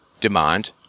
demand